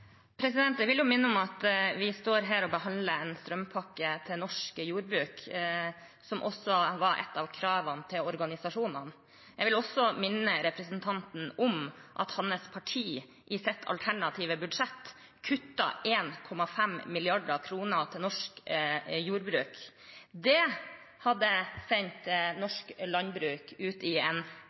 Jeg vil minne om at vi står her og behandler en strømpakke til norsk jordbruk, som også var et av kravene til organisasjonene. Jeg vil også minne representanten om at hans parti i sitt alternative budsjett kuttet 1,5 mrd. kr til norsk jordbruk. Det hadde sendt norsk landbruk ut i en